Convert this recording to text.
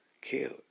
killed